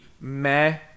meh